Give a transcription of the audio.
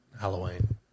Halloween